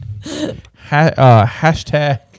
hashtag